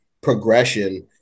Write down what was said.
progression